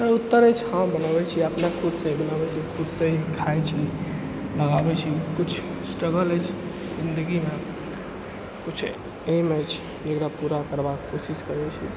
एकर उत्तर अछि हाँ बनाबै छी अपने खुदसँ बनाबै छी खुदसँ ही खाइ छी बनाबै छी कुछ स्ट्रगल अछि जिन्दगीमे कुछ एम अछि जकरा पूरा करबाक कोशिश करै छी